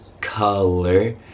color